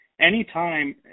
anytime